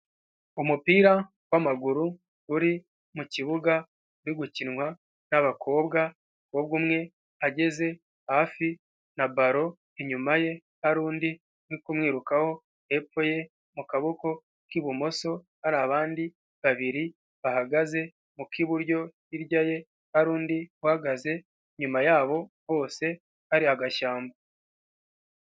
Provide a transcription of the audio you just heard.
Umupira wamaguru uri mukibuga uri gukinwa n'abakobwa, aho umwe ageze hafi na ballon, inyuma ye hari undi uri kumwirukaho, hepfo ye mu kaboko k'ibumoso hari abandi babiri bahagaze, mu k'iburyo hirya ye, hari undi uhagaze, inyuma yabo hose hari agashyamba.